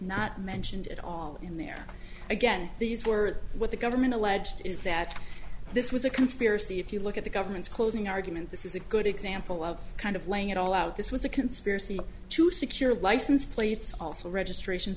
not mentioned at all in there again these were what the government alleged is that this was a conspiracy if you look at the government's closing argument this is a good example of kind of laying it all out this was a conspiracy to secure license plates also registration